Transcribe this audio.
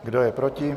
Kdo je proti?